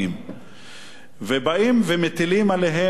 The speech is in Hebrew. ובאים ומטילים עליהם את הגזירות האלה